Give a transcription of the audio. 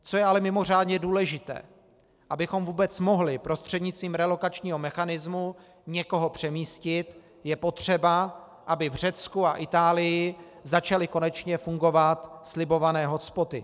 Co je ale mimořádně důležité: abychom vůbec mohli prostřednictvím relokačního mechanismu někoho přemístit, je potřeba, aby v Řecku a v Itálii začaly konečně fungovat slibované hotspoty.